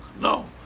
No